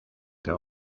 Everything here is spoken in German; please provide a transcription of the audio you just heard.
der